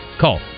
call